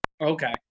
Okay